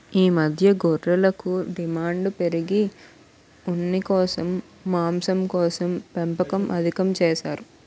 ఈ మధ్య గొర్రెలకు డిమాండు పెరిగి ఉన్నికోసం, మాంసంకోసం పెంపకం అధికం చేసారు